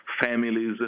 families